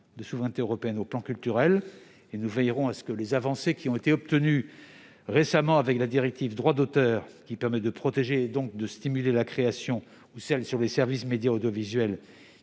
de souveraineté européenne d'un point de vue culturel et nous veillerons à ce que les avancées qui ont été obtenues récemment grâce à la directive sur le droit d'auteur, qui permet de protéger, donc de stimuler, la création, ou à celle sur les services de médias audiovisuels,